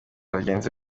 bagenzi